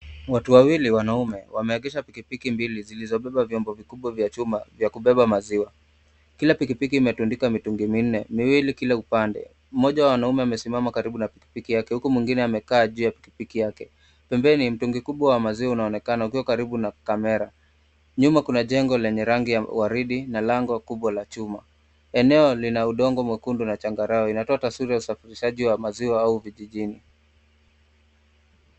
Watu wawili wanaume wameegesha pikipiki mbili zilizobeba vyombo vikubwa vya chuma vya kubeba maziwa. Kila pikipiki imetundika mitungi minne, miwili kila upande. Mmoja wa wanaume amesimama karibu na pikipiki yake huku mwingine amekaa juu ya pikipiki yake. Pembeni mtungi mkubwa wa maziwa unaonekana ukiwa karibu na kamera. Nyuma kuna jengo lenye rangi ya waridi na lango kubwa la chuma. Eneo lina udongo mwekundu na changarawe. Inatoa taswira ya usafirishaji wa maziwa au vijijini.